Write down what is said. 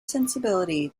sensibility